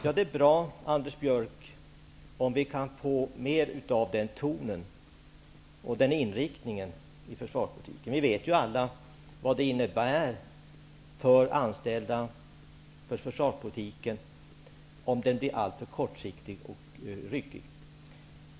Ja, det är bra, Anders Björck, om vi kan få mer av den lugna tonen och den sakliga inriktningen i försvarspolitiken. Vi vet ju alla vad det innebär för anställda om försvarspolitiken blir alltför kortsiktig och ryckig.